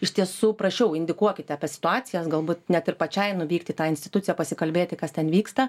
iš tiesų prašiau indikuokite apie situacijas galbūt net ir pačiai nuvykti į tą instituciją pasikalbėti kas ten vyksta